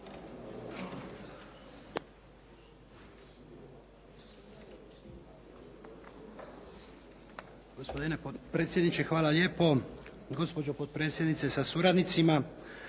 hvala lijepo, gospođo potpredsjednice sa suradnicima.